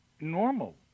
normal